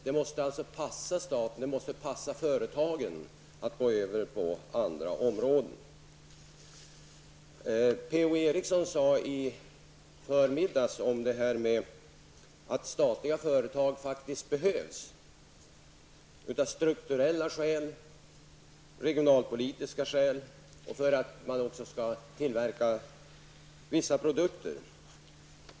Det måste passa staten och företagen att gå över på andra områden. Per-Ola Eriksson sade i förmiddags att statliga företag faktiskt behövs av strukturella skäl, regionalpolitiska skäl och för att tillverka vissa produkter.